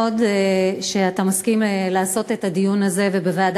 כזה, שום מדינה לא תחזיק בו ממילא